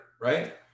right